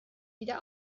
wieder